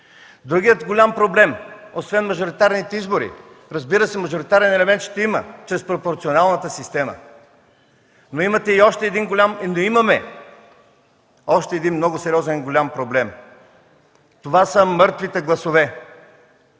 Другият голям проблем, освен мажоритарните избори. Разбира се, мажоритарен елемент ще има чрез пропорционалната система, но имаме още един много сериозен и голям проблем. Това са мъртвите гласове!